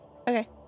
Okay